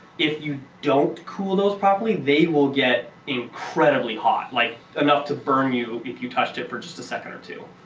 if you don't cool those properly, they will get incredibly hot. like enough to burn you if you touched it for just a second or two.